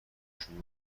شروع